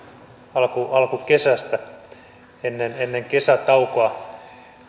alkukesästä ennen ennen kesätaukoa